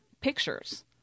pictures